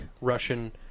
Russian